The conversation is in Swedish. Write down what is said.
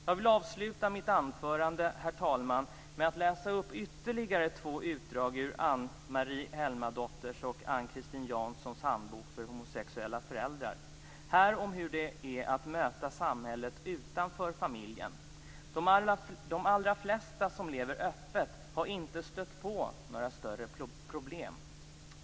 Jag vill avsluta mitt anförande, herr talman, med att läsa upp ytterligare två utdrag ur Ann-Marie Helmadotters och Ann-Christine Jansons Handbok för homosexuella föräldrar, här om hur det är att möta samhället utanför familjen. De allra flesta som lever öppet har inte stött på några större problem.